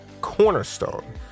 cornerstone